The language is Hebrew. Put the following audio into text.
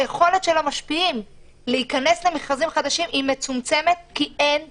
היכולת של המשפיעים להיכנס למכרזים חדשים מצומצמת כי אין תקציב.